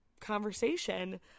conversation